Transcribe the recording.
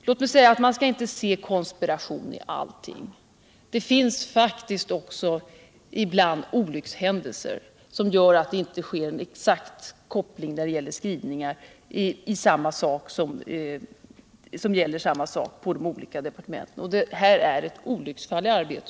Låt mig säga att man inte skall se konspiration i allting. Det förekommer faktiskt ibland olyckshändelser som gör att det inte sker en exakt koppling i olika departements skrivningar om samma sak, och det här är ett sådant olycksfall i arbetet.